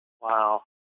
Wow